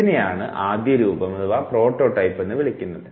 ഇതിനെയാണ് ആദ്യരൂപം എന്ന് വിളിക്കുന്നത്